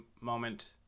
moment